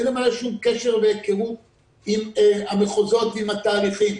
אין לו שום קשר והיכרות עם המחוזות והתהליכים.